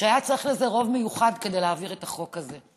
שהיה צריך רוב מיוחד כדי להעביר את החוק הזה,